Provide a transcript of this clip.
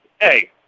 hey